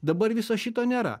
dabar viso šito nėra